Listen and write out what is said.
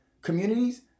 communities